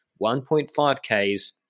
1.5Ks